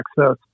access